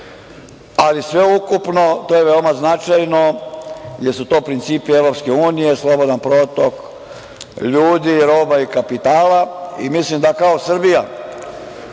ali sveukupno to je veoma značajno, jer su to principi EU, slobodan protok ljudi, roba i kapitala, i mislim da kao Srbija